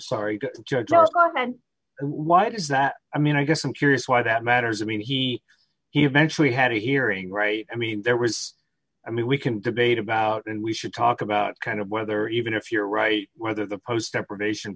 and why it is that i mean i guess i'm curious why that matters i mean he eventually had a hearing right i mean there was i mean we can debate about and we should talk about kind of whether even if you're right whether the post deprivation